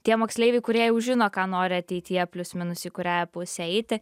tie moksleiviai kurie jau žino ką nori ateityje plius minus į kurią pusę eiti